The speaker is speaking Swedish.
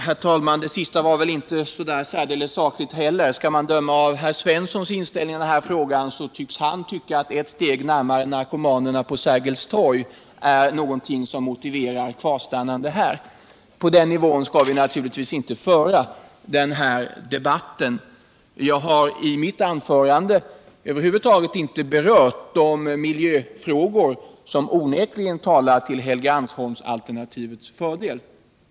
Herr talman! Det sista var väl inte så särdeles sakligt det heller. Skall man döma av herr Olle Svenssons inställning i denna fråga, tycks han anse att ett steg närmare narkomanerna på Sergels torg är någonting som motiverar ett kvarstannande här. På den nivån skall vi naturligtvis inte föra den här debatten. Jag har i mitt anförande över huvud taget inte berört miljöfrågorna, som onekligen talar till Helgeandsholmsalternativets fördel.